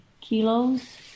kilos